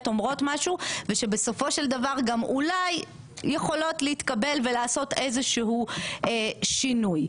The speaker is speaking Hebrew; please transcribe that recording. אומרות משהו ושבסופו של דבר גם אולי יכולות להתקבל ולעשות איזשהו שינוי.